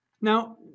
Now